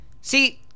See